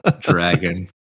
Dragon